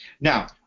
Now